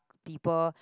people